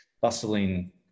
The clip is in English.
bustling